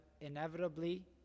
inevitably